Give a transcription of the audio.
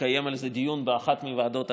לקיים על זה דיון באחת מוועדות הכנסת.